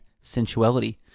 sensuality